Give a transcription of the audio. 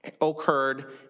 occurred